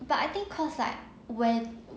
but I think cause like when